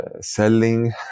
selling